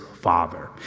father